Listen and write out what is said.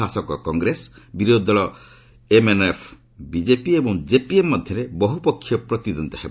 ଶାସକ କଂଗ୍ରେସ ବିରୋଧୀ ଦଳ ଏମ୍ଏନ୍ଏଫ୍ ବିଜେପି ଏବଂ ଜେପିଏମ୍ ମଧ୍ୟରେ ବହୁ ପକ୍ଷିୟ ପ୍ରତିଦ୍ୱନ୍ଦ୍ୱୀତା ହେବ